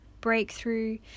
breakthrough